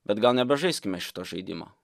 bet gal nebežaiskime šito žaidimo